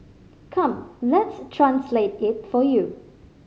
come let's translate it for you